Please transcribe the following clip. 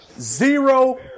Zero